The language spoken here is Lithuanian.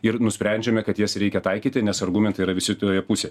ir nusprendžiame kad jas reikia taikyti nes argumentai yra visi toje pusėj